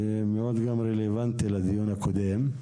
זה מאוד רלוונטי גם לדיון הקודם,